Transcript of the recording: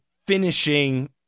finishing